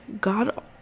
God